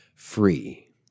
Free